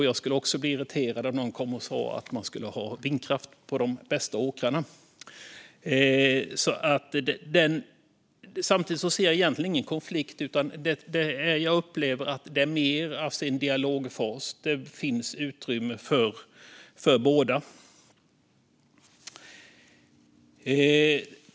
Jag skulle också bli irriterad om någon kom och sa att man skulle ha vindkraft på de bästa åkrarna. Samtidigt ser jag egentligen ingen konflikt, utan jag upplever att man är i en dialogfas och att det finns utrymme för båda.